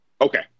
Okay